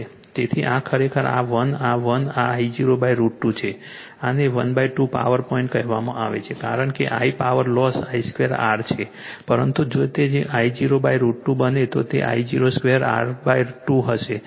તેથી આ ખરેખર આ 1 આ 1 આ I0 √ 2 છે આને 12 પાવર પોઈન્ટ કહેવાય છે કારણ કે I power loss I02 R છે પરંતુ જો તે I0 √ 2 બને તો તે I02 R2 હશે